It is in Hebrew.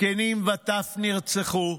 זקנים וטף נרצחו,